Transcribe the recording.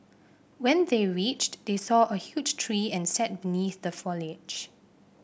when they reached they saw a huge tree and sat beneath the foliage